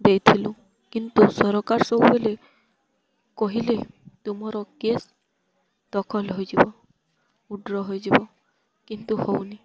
ଦେଇଥିଲୁ କିନ୍ତୁ ସରକାର ସବୁ ବେଳେ କହିଲେ ତୁମର କେସ୍ ଦଖଲ ହୋଇଯିବ ଉଇଥ୍ଡ୍ର ହୋଇଯିବ କିନ୍ତୁ ହେଉନି